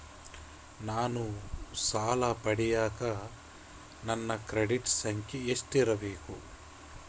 ನಾನು ಸಾಲ ಪಡಿಯಕ ನನ್ನ ಕ್ರೆಡಿಟ್ ಸಂಖ್ಯೆ ಎಷ್ಟಿರಬೇಕು?